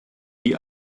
die